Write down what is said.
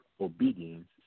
obedience